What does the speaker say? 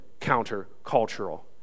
counter-cultural